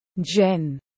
Jen